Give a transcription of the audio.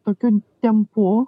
tokiu tempu